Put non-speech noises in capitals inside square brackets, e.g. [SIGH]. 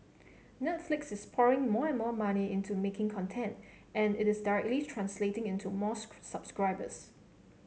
Netflix is pouring more and more money into making content and it is directly translating into more [UNINTELLIGIBLE] subscribers